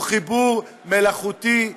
הוא חיבור מלאכותי,